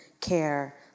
care